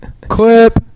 Clip